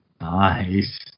Nice